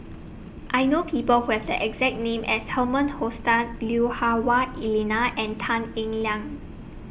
I know People Who Have The exact name as Herman Hochstadt Lui Hah Wah Elena and Tan Eng Liang